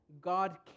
God